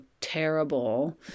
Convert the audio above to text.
terrible